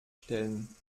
stellen